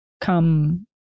come